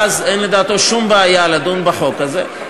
ואז אין לדעתו שום בעיה לדון בחוק הזה,